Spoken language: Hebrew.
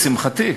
לשמחתי,